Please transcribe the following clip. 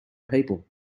people